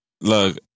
Look